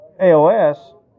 AOS